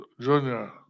junior